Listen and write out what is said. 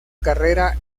carrera